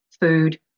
food